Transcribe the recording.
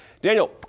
Daniel